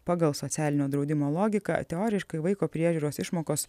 pagal socialinio draudimo logiką teoriškai vaiko priežiūros išmokos